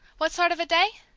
what sort of a day?